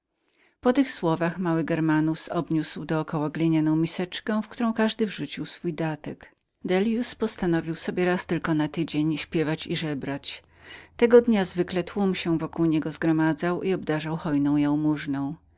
po tych słowach mały germanus obniósł do koła glinianą miseczkę w którą każdy wrzucił swój datek dellius postanowił sobie raz tylko na tydzień śpiewać i żebrać tego dnia zwykle tłum się koło niego zgromadzał i rozchodził obdarzywszy go